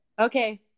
Okay